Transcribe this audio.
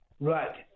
Right